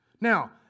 Now